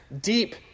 deep